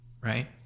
right